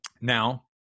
Now